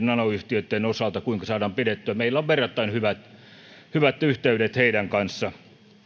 nanoyhtiöitten osalta kuinka ne saadaan pidettyä kotimaassa meillä on verrattain hyvät hyvät yhteydet heidän kanssaan